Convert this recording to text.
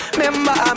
Remember